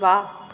वाह